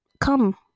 come